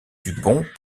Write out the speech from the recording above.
dupont